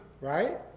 Right